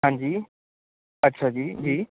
ਹਾਂਜੀ ਅੱਛਾ ਜੀ ਜੀ